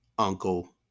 uncle